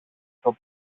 στο